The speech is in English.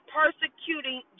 persecuting